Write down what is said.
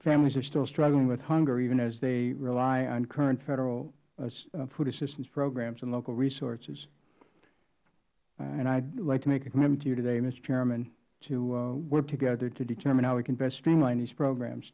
families are still struggling with hunger even as they rely on current federal food assistance programs and local resources i would like to make a commitment to you today mister chairman to work together to determine how we can best streamline these programs